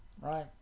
right